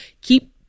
Keep